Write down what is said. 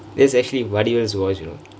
that's actually vadivel's voice you know